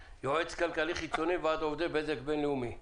ועד עובדי בזק בינלאומי.